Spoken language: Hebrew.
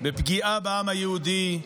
בפגיעה בעם היהודי,